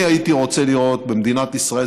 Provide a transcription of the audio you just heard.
אני הייתי רוצה לראות במדינת ישראל